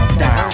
down